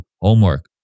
Homework